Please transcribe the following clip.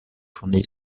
tournée